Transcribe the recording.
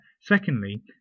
Secondly